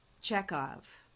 Chekhov